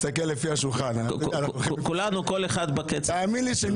כל אחד בקצב שלו.